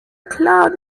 cloud